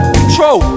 control